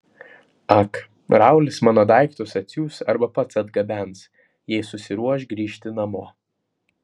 ak raulis mano daiktus atsiųs arba pats atgabens jei susiruoš grįžti namo